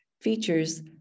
features